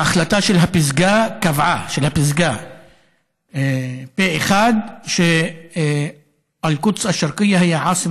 ההחלטה של הפסגה קבעה פה אחד (אומר בערבית